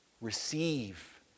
receive